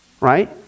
Right